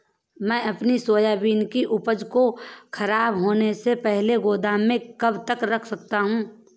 मैं अपनी सोयाबीन की उपज को ख़राब होने से पहले गोदाम में कब तक रख सकता हूँ?